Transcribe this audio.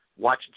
watch